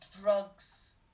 drugs